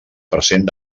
present